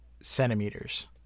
centimeters